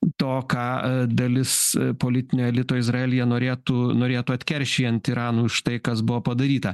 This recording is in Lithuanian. to ką dalis politinio elito izraelyje norėtų norėtų atkeršijant iranui už tai kas buvo padaryta